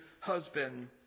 husband